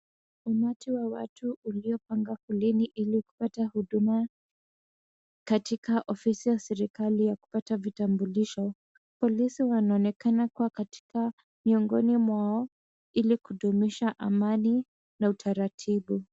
Umati wa watu uliopanga foleni ili kupata huduma, katika ofisi ya serikali ya kupata vitambulisho. Polisi wanaonekana kuwa katika miongoni mwao, ili kudumisha amani na utaratibu.